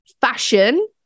fashion